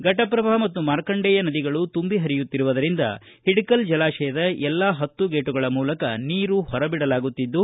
ಘಟಪ್ರಭಾ ಮತ್ತು ಮಾರ್ಕಂಡೆಯ ನದಿಗಳು ತುಂಬಿ ಹರಿಯುತ್ತಿರುವುದರಿಂದ ಹಿಡಕಲ್ ಜಲಾಶಯದ ಎಲ್ಲ ಹತ್ತೂ ಗೇಟ್ಗಳ ಮೂಲಕ ನೀರು ಹೊರ ಬಿಡಲಾಗುತಿದ್ದು